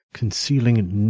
concealing